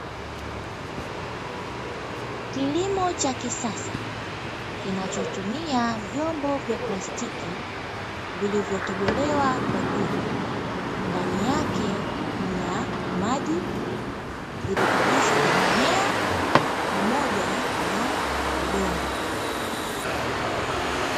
Kilimo cha kisasa kinachotumia vyombo vya plastiki vilivyotobolewa juu ndani yake mna maji, virutubisho vya mimea pamoja na udongo.